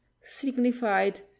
signified